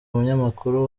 umunyamakuru